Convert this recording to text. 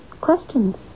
questions